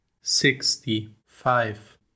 sixty-five